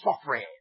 Suffering